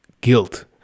guilt